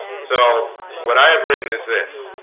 so what i have written is this?